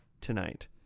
tonight